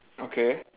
okay